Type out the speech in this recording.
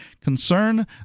concern